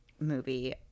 movie